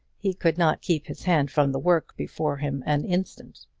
he could not keep his hand from the work before him an instant.